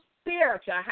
spiritual